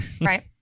Right